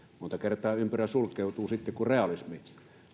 monta kertaa ympyrä sulkeutuu sitten kun realismi